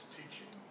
teaching